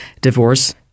Divorce